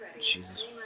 Jesus